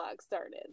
started